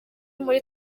muri